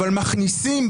אבל מכניסים,